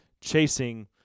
chasing